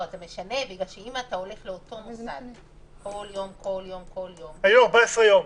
זה משנה בגלל שאם אתה הולך לאותו מוסד בכל יום --- היו 14 ימים.